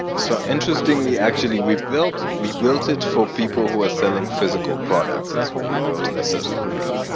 so interestingly actually, we built we built it for people who are selling physical products, is who we built this system for.